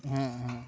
হ্যাঁ হ্যাঁ